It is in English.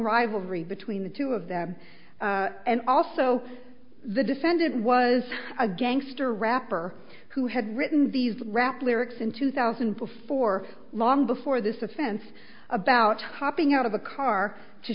rivalry between the two of them and also the defendant was a gangster rapper who had written these rap lyrics in two thousand before long before this offense about hopping out of a car to